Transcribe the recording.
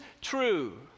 true